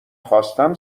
خواستم